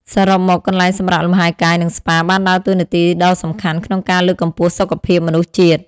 សរុបមក កន្លែងសម្រាកលំហែកាយ និងស្ប៉ាបានដើរតួនាទីដ៏សំខាន់ក្នុងការលើកកម្ពស់សុខភាពមនុស្សជាតិ។